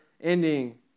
ending